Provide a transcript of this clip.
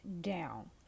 down